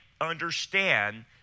understand